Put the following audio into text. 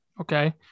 Okay